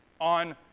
on